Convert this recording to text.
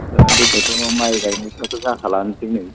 दा देग्लाय थ' माइ गायनायफ्रा थ' जाखालानोसै नै